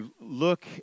look